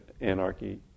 anarchy